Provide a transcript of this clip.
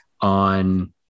on